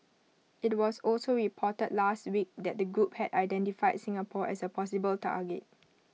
IT was also reported last week that the group had identified Singapore as A possible target